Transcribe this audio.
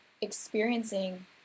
experiencing